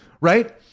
Right